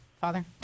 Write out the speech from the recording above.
Father